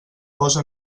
posa